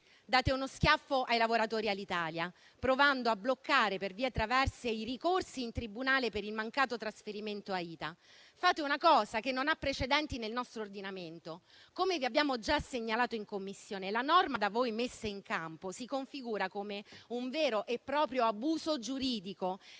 date uno schiaffo ai lavoratori Alitalia, provando a bloccare per vie traverse i ricorsi in tribunale per il mancato trasferimento a ITA. Fate una cosa che non ha precedenti nel nostro ordinamento; come vi abbiamo già segnalato in Commissione, la norma da voi messa in campo si configura come un vero e proprio abuso giuridico,